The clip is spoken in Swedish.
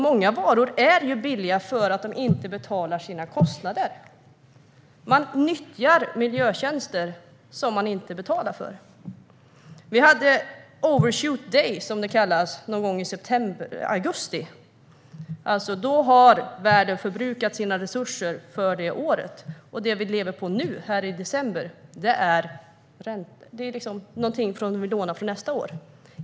Många varor är också billiga för att de inte betalar sina kostnader. Man nyttjar miljötjänster som man inte betalar för. Vi hade Overshoot Day, som det kallas, någon gång i augusti. Då har världen alltså förbrukat sina resurser för året. Det vi lever på nu i december är någonting vi lånar från nästa år.